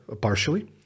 partially